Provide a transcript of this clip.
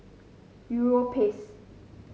Europace